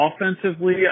offensively